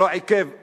שלא עיכב,